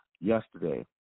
yesterday